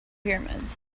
pyramids